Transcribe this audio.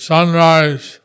Sunrise